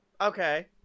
Okay